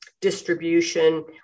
distribution